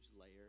layer